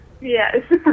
Yes